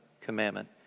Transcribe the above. commandment